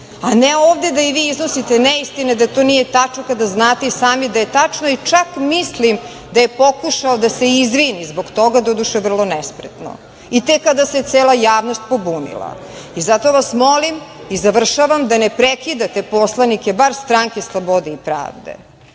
a ne ovde da i vi iznosite neistine da to nije tačno kada znate i sami da je tačno i čak mislim da je pokušao da se izvini zbog toga doduše vrlo nespretno i tek kada se cela javnost pobunila.I zato vas molim i završavam da ne prekidate poslanike bar stranke Slobode i pravde